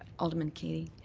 alderman keating.